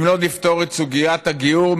אם לא נפתור את סוגיית הגיור,